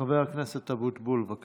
חבר הכנסת אבוטבול, בבקשה.